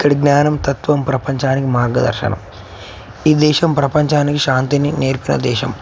ఇక్కడ జ్ఞానం తత్వం ప్రపంచానికి మార్గదర్శనం ఈ దేశం ప్రపంచానికి శాంతిని నేర్పిన దేశం